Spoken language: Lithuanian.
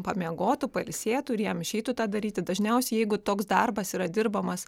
pamiegotų pailsėtų ir jam išeitų tą daryti dažniausiai jeigu toks darbas yra dirbamas